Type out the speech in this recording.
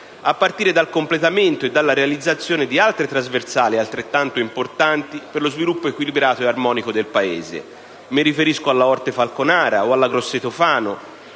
a partire dal completamento e dalle realizzazione di altre trasversali altrettanto importanti per lo sviluppo equilibrato e armonico del Paese. Mi riferisco alla Orte-Falconara o alla Grosseto-Fano,